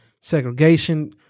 segregation